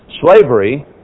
slavery